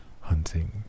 hunting